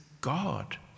God